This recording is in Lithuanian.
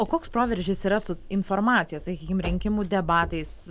o koks proveržis yra su informacija sakykim rinkimų debatais